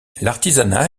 l’artisanat